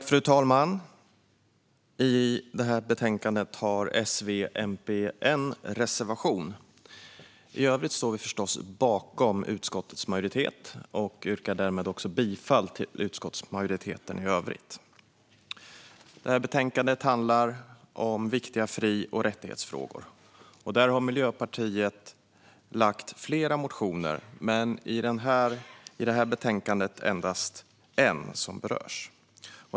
Fru talman! I detta betänkande har S, V och MP en reservation - reservation 17. I övrigt står vi förstås bakom förslaget från utskottets majoritet som jag därmed yrkar bifall till. Detta betänkande handlar om viktiga fri och rättighetsfrågor. Där har Miljöpartiet väckt flera motioner, men i detta betänkande berörs endast en.